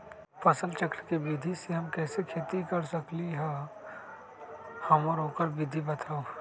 फसल चक्र के विधि से हम कैसे खेती कर सकलि ह हमरा ओकर विधि बताउ?